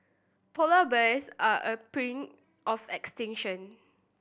polar bears are on the brink of extinction